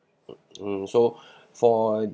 mm so for